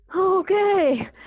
Okay